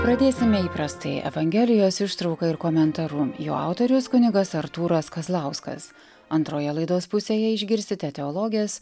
pradėsime įprastai evangelijos ištrauka ir komentaru jo autorius kunigas artūras kazlauskas antroje laidos pusėje išgirsite teologės